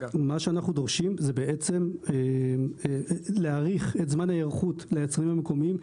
אנחנו דורשים להאריך את זמן ההיערכות ליצרנים המקומיים,